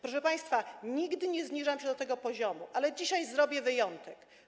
Proszę państwa, nigdy nie zniżam się do tego poziomu, ale dzisiaj zrobię wyjątek.